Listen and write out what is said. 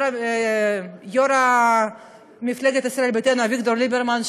יו"ר מפלגת ישראל ביתנו אביגדור ליברמן,